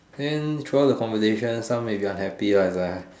then throughout the conversation some maybe unhappy like I